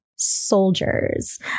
soldiers